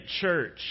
church